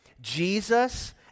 Jesus